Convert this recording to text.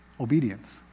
obedience